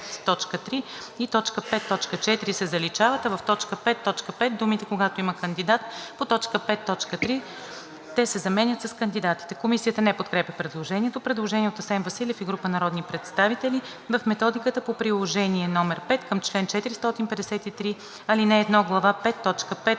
и т. 5.4 се заличават, а в т. 5.5 думите „когато има кандидати по т. 5.3, те“ се заменят с „Кандидатите“.“ Комисията не подкрепя предложението. Предложение от Асен Василев и група народни представители: „В Методиката по Приложение № 5 към чл. 453, ал. 1, глава 5,